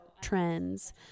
trends